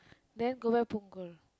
then go back Punggol